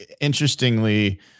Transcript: Interestingly